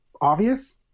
obvious